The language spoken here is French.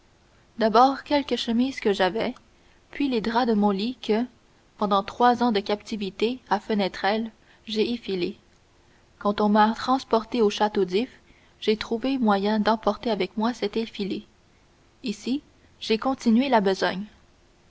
d'abord quelques chemises que j'avais puis les draps de mon lit que pendant trois ans de captivité à fenestrelle j'ai effilés quand on m'a transporté au château d'if j'ai trouvé moyen d'emporter avec moi cet effilé ici j'ai continué la besogne